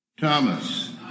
Thomas